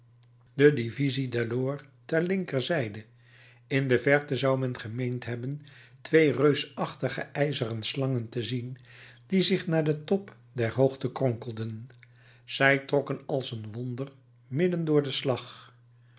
de divisie delord ter linkerzijde in de verte zou men gemeend hebben twee reusachtige ijzeren slangen te zien die zich naar den top der hoogte kronkelden zij trokken als een wonder midden door den slag